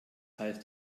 heißt